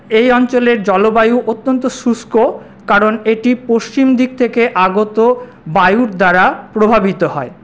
এই অঞ্চলের জলবায়ু অত্যন্ত শুষ্ক কারণ এটি পশ্চিমদিক থেকে আগত বায়ুর দ্বারা প্রভাবিত হয়